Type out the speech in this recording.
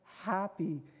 happy